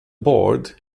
board